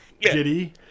giddy